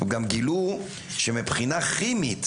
גם גילו שמבחינה כימית